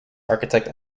architect